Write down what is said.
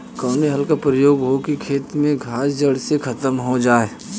कवने हल क प्रयोग हो कि खेत से घास जड़ से खतम हो जाए?